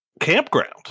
campground